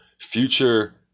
future